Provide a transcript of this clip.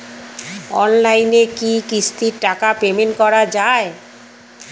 অনলাইনে কি কিস্তির টাকা পেমেন্ট করা যায়?